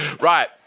Right